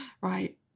right